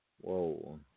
Whoa